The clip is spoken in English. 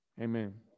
Amen